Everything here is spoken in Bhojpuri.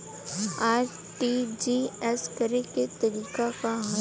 आर.टी.जी.एस करे के तरीका का हैं?